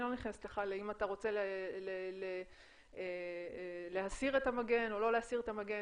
אני לא נכנסת לך לאם אתה רוצה להסיר את המגן או לא להסיר את המגן.